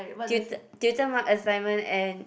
tutor marked assignment and